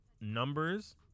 numbers